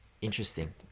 interesting